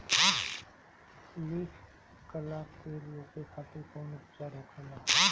Leaf curl के रोके खातिर कउन उपचार होखेला?